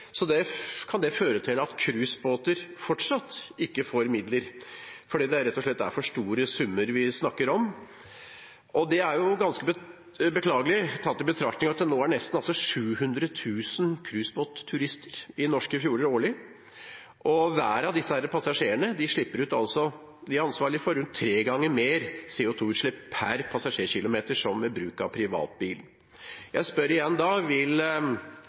kan føre til at cruisebåter fortsatt ikke får midler fordi det rett og slett er for store summer vi snakker om. Det er jo ganske beklagelig, tatt i betraktning at det nå er nesten 700 000 cruisebåtturister i norske fjorder årlig, og at hver av disse passasjerene er ansvarlige for rundt tre ganger mer CO 2 -utslipp per passasjerkilometer enn ved bruk av privatbil. Jeg spør igjen: Vil